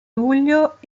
luglio